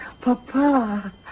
Papa